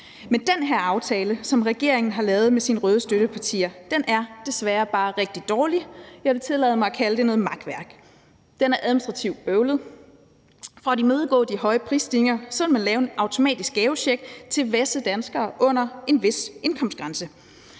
Men den her aftale, som regeringen har lavet med sine røde støttepartier, er desværre bare rigtig dårlig. Jeg vil tillade mig at kalde den for noget makværk. Den er administrativt bøvlet. For at imødegå de høje prisstigninger vil man lave en automatisk gavecheck til visse danskere under en vis indkomstgrænse.